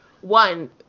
one